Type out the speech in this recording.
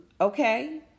Okay